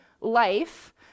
life